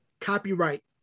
copyright